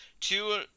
two –